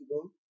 go